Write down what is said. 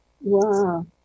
wow